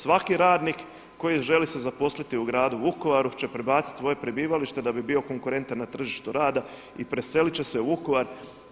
Svaki radnik koji želi se zaposliti u gradu Vukovaru će prebaciti svoje prebivalište da bi bio konkurentan na tržištu rada i preseliti će se u Vukovar.